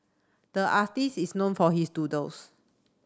the artist is known for his doodles